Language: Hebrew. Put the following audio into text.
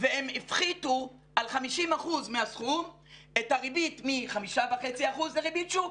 והם הפחיתו על 50% מהסכום את הריבית מ-5.5% לריבית שוק,